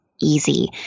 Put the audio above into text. easy